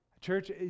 Church